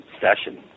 session